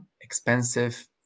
expensive